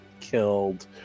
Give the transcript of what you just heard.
killed